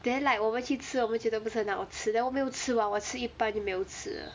then like 我们去吃我们觉得不是很好吃 then 我没有吃完我吃到一半就没有吃了